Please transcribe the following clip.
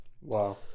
wow